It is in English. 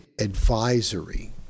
advisory